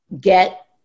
get